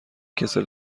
کسل